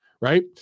right